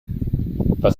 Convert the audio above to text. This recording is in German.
was